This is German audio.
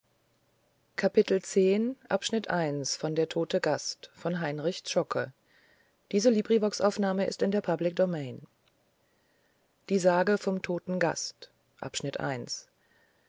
die sage vom toten gast